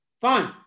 Fine